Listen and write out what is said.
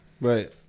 Right